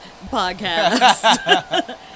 podcast